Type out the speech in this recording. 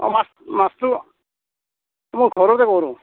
অঁ মাছ মাছটো মই ঘৰতে কৰোঁ